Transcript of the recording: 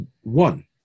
one